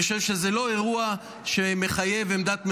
אני חושב שזה לא אירוע שמחייב עמדת ממשלה,